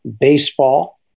baseball